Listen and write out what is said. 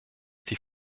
die